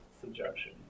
subjection